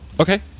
Okay